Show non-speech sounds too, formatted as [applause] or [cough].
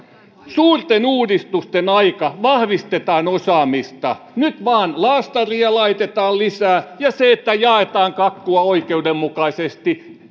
suurten uudistusten aika vahvistetaan osaamista nyt vaan laastaria laitetaan lisää ja se että jaetaan kakkua oikeudenmukaisesti [unintelligible]